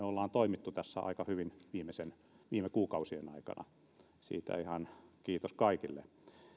olemme toimineet aika hyvin nyt tässä viime kuukausien aikana siitä kiitos ihan kaikille